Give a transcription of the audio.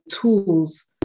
tools